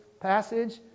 passage